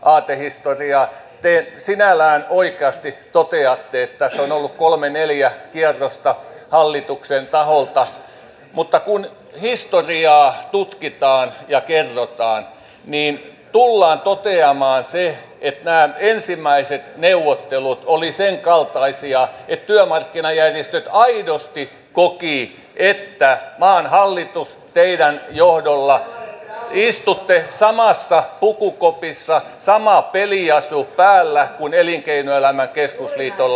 te sinällään oikeasti toteatte että tässä on ollut kolme neljä kierrosta hallituksen taholta mutta kun historiaa tutkitaan ja kerrotaan niin tullaan toteamaan se että nämä ensimmäiset neuvottelut olivat sen kaltaisia että työmarkkinajärjestöt aidosti kokivat että maan hallitus teidän johdollanne istuu samassa pukukopissa sama peliasu päällä kuin elinkeinoelämän keskusliitolla